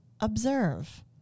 observe